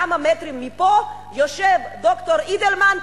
כמה מטרים מפה יושב ד"ר אידלמן,